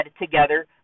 together